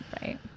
right